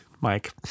Mike